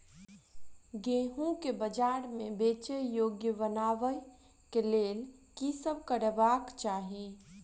गेंहूँ केँ बजार मे बेचै योग्य बनाबय लेल की सब करबाक चाहि?